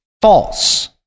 false